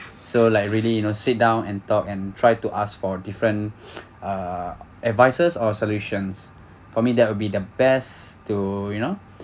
so like really you know sit down and talk and try to ask for different uh advices or solutions for me that will be the best to you know